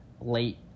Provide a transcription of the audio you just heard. late